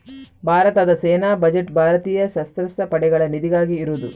ಭಾರತದ ಸೇನಾ ಬಜೆಟ್ ಭಾರತೀಯ ಸಶಸ್ತ್ರ ಪಡೆಗಳ ನಿಧಿಗಾಗಿ ಇರುದು